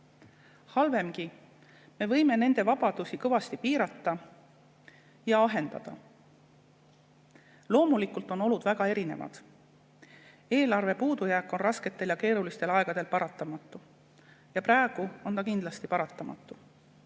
Halvemgi: me võime nende vabadusi kõvasti piirata ja ahendada. Loomulikult on olud väga erinevad. Eelarve puudujääk on rasketel ja keerulistel aegadel paratamatu ja praegu on ta kindlasti paratamatu.